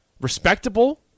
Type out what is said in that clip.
Respectable